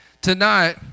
Tonight